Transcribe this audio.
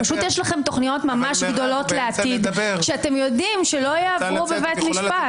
פשוט יש לכם תוכניות ממש גדולות לעתיד שאתם יודעים שלא יעברו בבית משפט.